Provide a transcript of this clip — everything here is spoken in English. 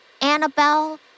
Annabelle